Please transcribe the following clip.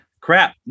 Crap